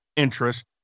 interest